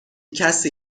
کسی